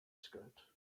skirt